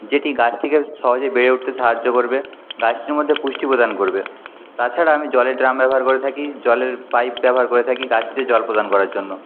যেটি গাছটিকে সহজে বেড়ে উঠতে সাহায্য করবে গাছটির মধ্যে পুষ্টি প্রদান করবে তাছাড়া আমি জলের ড্রাম ব্যবহার করে থাকি জলের পাইপ ব্যবহার করে থাকি গাছটিতে জল প্রদান করার জন্য